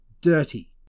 dirty